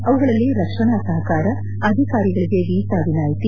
ಅವುಗಳಲ್ಲಿ ರಕ್ಷಣಾ ಸಹಕಾರ ಅಧಿಕಾರಿಗಳಿಗೆ ವೀಸಾ ವಿನಾಯ್ತಿ